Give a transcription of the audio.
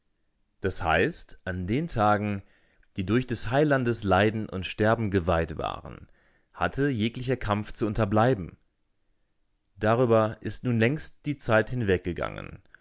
das heißt an den tagen die durch des heilandes leiden und sterben geweiht waren hatte jeglicher kampf zu unterbleiben darüber ist nun längst die zeit hinweggegangen